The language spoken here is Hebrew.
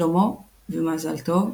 שלמה ומזל טוב.